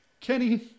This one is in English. Kenny